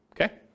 okay